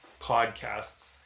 podcasts